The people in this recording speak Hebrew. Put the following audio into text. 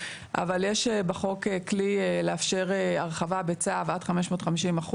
אבל יש בחוק כלי לאפשר הרחבה בצו עד 550%,